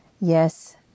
yes